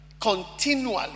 continually